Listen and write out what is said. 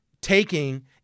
taking